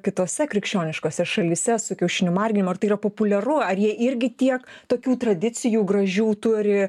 kitose krikščioniškose šalyse su kiaušinių marginimu ar tai yra populiaru ar jie irgi tiek tokių tradicijų gražių turi